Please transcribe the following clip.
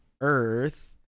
Earth